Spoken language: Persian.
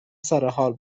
سرحال